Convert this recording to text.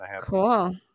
Cool